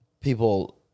people